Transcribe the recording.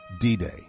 D-Day